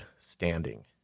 standing